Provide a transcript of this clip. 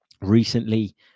recently